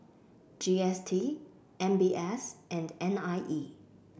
G S T M B S and N I E